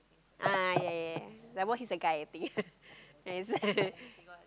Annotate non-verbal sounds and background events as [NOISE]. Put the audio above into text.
ah yea yea some more he's a guy I think [LAUGHS]